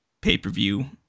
pay-per-view